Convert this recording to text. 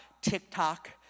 TikTok